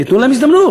תיתנו להם הזדמנות.